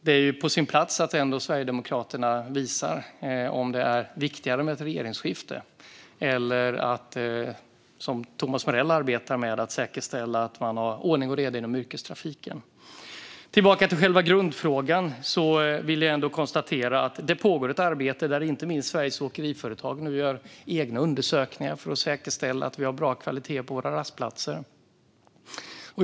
Det är på sin plats att Sverigedemokraterna visar om det är viktigare med ett regeringsskifte eller att, vilket Thomas Morell arbetar med, säkerställa att det är ordning och reda inom yrkestrafiken. Tillbaka till själva grundfrågan. Jag vill ändå konstatera att det pågår ett arbete där inte minst Sveriges Åkeriföretag nu gör egna undersökningar för att säkerställa att vi har bra kvalitet på våra rastplatser.